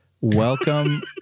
Welcome